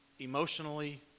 emotionally